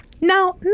Now